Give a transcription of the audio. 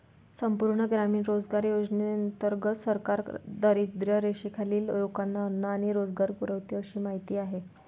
संपूर्ण ग्रामीण रोजगार योजनेंतर्गत सरकार दारिद्र्यरेषेखालील लोकांना अन्न आणि रोजगार पुरवते अशी माहिती आहे